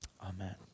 Amen